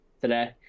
today